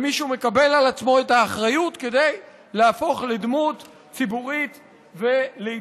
מישהו מקבל על עצמו את האחריות כדי להפוך לדמות ציבורית ולהתפרסם.